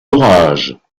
orage